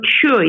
sure